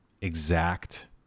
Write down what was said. exact